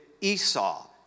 Esau